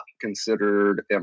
considered